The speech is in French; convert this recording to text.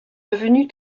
devenus